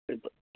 இப்போ